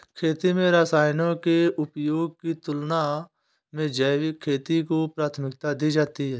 खेती में रसायनों के उपयोग की तुलना में जैविक खेती को प्राथमिकता दी जाती है